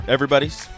Everybody's